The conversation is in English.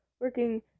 working